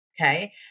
Okay